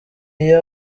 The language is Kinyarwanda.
iyo